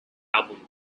album